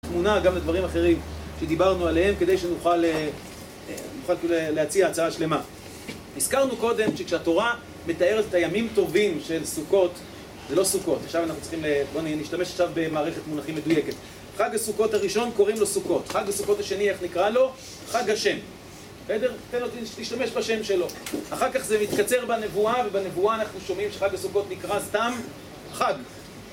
תמונה גם לדברים אחרים שדיברנו עליהם, כדי שנוכל להציע הצעה שלמה. הזכרנו קודם שכשהתורה מתארת את הימים טובים של סוכות. זה לא סוכות, עכשיו אנחנו צריכים... נשתמש עכשיו במערכת מונחים מדויקת. חג הסוכות הראשון, קוראים לו סוכות. חג הסוכות השני, איך נקרא לו? חג השם. בסדר, תן אותי להשתמש בשם שלו. אחר כך זה מתקצר בנבואה, ובנבואה אנחנו שומעים שחג הסוכות נקרא סתם חג.